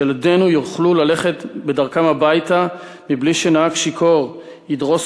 שילדינו יוכלו ללכת בדרכם הביתה בלי שנהג שיכור ידרוס